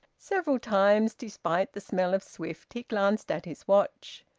several times, despite the spell of swift, he glanced at his watch.